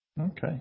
Okay